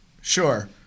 Sure